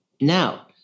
Now